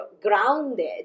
grounded